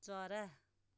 चरा